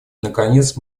наконец